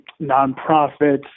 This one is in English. nonprofits